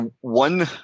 One